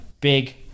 big